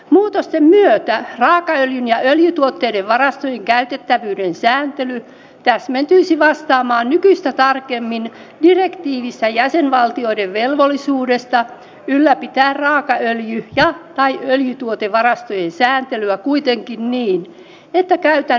muutosten myötä raakaöljyn ja öljytuotteiden varastojen käytettävyyden sääntely täsmentyisi vastaamaan nykyistä tarkemmin direktiivissä jäsenvaltioiden velvollisuutta ylläpitää raakaöljy tai öljytuotevarastojen sääntelyä kuitenkin niin että käytännön toiminta säilyisi nykyisenä